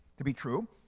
to be true.